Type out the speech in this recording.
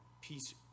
peace